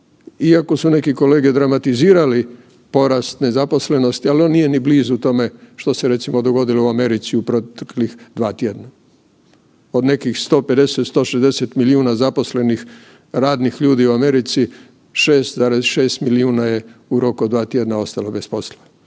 iako su neki kolege dramatizirali porast nezaposlenosti, al on nije ni blizu tome što se recimo dogodilo u Americi u proteklih 2 tjedna. Od nekih 150-160 milijuna zaposlenih radnih ljudi u Americi, 6,6 milijuna je u roku od 2 tjedna ostalo bez posla